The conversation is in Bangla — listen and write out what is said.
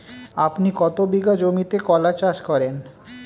আপনি কত বিঘা জমিতে কলা চাষ করেন?